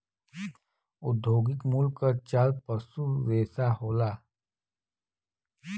औद्योगिक मूल्य क चार पसू रेसा होला